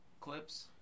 clips